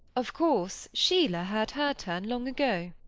of course, sheila had her turn long ago.